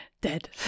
dead